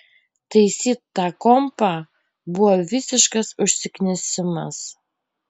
taisyt tą kompą buvo visiškas užsiknisimas